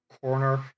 corner